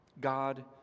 God